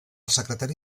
secretari